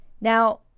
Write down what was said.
Now